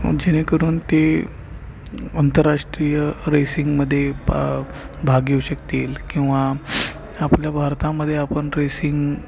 जेणेकरून ते आंतरराष्ट्रीय रेसिंगमध्ये पा भाग येऊ शकतील किंवा आपल्या भारतामध्ये आपण रेसिंग